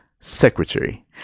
Secretary